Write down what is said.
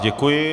Děkuji.